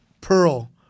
pearl